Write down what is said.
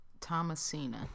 Thomasina